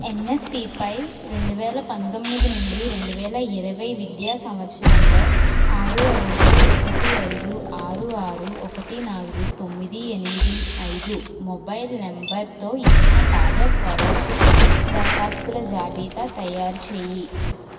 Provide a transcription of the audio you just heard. ఎన్ఎస్పిపై రెండు వేల పంతొమ్మిది నుండి రెండు వేల ఇరవై విద్యా సంవత్సరంలో ఆరు ఐదు ఒకటి ఐదు ఆరు ఆరు ఒకటి నాలుగు తొమ్మిది ఎనిమిది ఐదు మొబైల్ నంబర్తో ఇచ్చిన తాజా స్కాలర్షిప్ దరఖాస్తుల జాబితా తయారు చెయ్యి